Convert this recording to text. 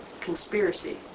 Conspiracy